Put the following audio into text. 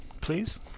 please